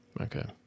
Okay